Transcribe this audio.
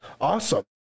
awesome